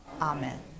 Amen